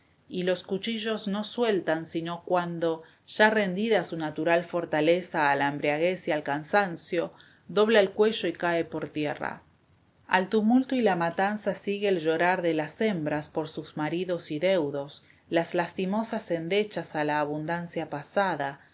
y los cuchillos no sueltan sino cuando ya rendida su natural fortaleza a la embriaguez y al cansancio dobla el cuello y cae por tierra al tumulto y la matanza sigue el llorar de las henbras esteban echbveeeía por sus maridos y deudos las lastimosas endechas a la abundancia pasada